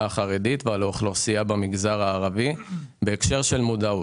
החרדית ועל האוכלוסייה הערבית בהקשר של מודעות.